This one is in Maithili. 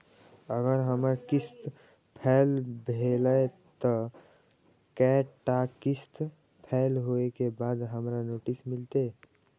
अगर हमर किस्त फैल भेलय त कै टा किस्त फैल होय के बाद हमरा नोटिस मिलते?